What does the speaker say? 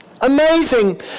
Amazing